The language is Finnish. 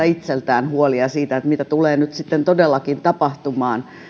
itseltään huolta siitä että mitä tulee nyt sitten todellakin tapahtumaan tämän suhteen